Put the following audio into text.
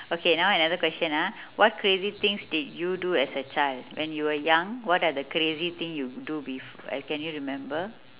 okay now another question ah what crazy things did you do as a child when you were young what are the crazy thing you do bef~ can you remember